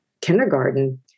kindergarten